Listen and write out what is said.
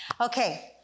Okay